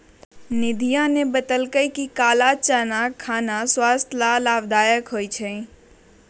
निधिया ने बतल कई कि काला चना खाना स्वास्थ्य ला लाभदायक होबा हई